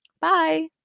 Bye